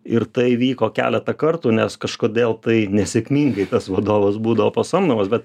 ir tai vyko keletą kartų nes kažkodėl tai nesėkmingai tas vadovas būdavo pasamdomas bet